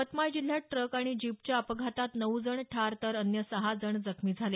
यवतमाळ जिल्ह्यात ट्रक आणि जीपच्या अपघातात नऊ जण ठार तर अन्य सहा जण जखमी झाले